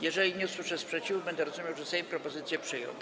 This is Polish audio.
Jeżeli nie usłyszę sprzeciwu, będę rozumiał, że Sejm propozycje przyjął.